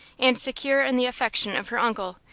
and secure in the affection of her uncle,